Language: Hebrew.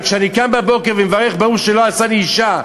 כשאני קם בבוקר ומברך "ברוך שלא עשני אישה",